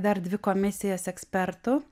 dar dvi komisijas ekspertų